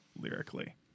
lyrically